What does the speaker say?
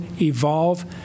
Evolve